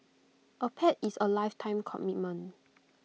A pet is A lifetime commitment